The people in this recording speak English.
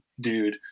dude